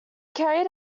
carried